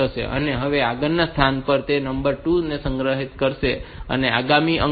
અને આગળના સ્થાન પર તે નંબર 2 નો સંગ્રહ કરશે જે આગામી અંક 2 છે